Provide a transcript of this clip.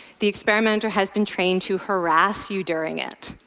the experimenter has been trained to harass you during it.